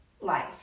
life